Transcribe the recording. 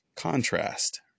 Contrast